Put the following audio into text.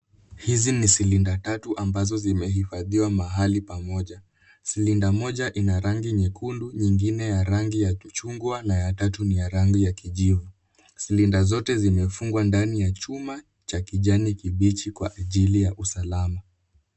Hizi ni silinda tatu ambazo zimehifadhiwa mahali pamoja. Silinda moja ia rangi nyekundu nyingine ya rangi ya kuchungwa na ya tatu ni ya rangi ya kijivu. Silinda zote zimefungwa ndani ya chuma cha kijani kibichi kwa ajili ya usalama.